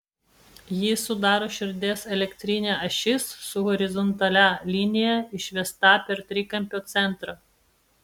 jį sudaro širdies elektrinė ašis su horizontalia linija išvesta per trikampio centrą